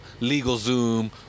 LegalZoom